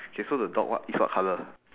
okay so the dog what is what colour